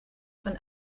von